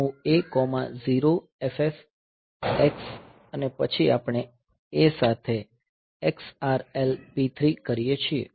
MOV A 0FFX અને પછી આપણે A સાથે XRL P3 કરીએ